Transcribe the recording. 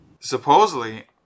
supposedly